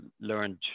learned